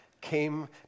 came